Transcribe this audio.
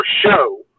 show